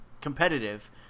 competitive